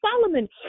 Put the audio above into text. Solomon